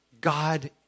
God